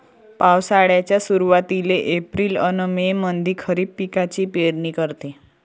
पावसाळ्याच्या सुरुवातीले एप्रिल अन मे मंधी खरीप पिकाची पेरनी करते